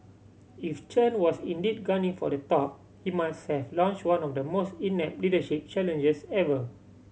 if Chen was indeed gunning for the top he must have launch one of the most inept leadership challenges ever